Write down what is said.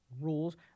rules